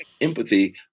Empathy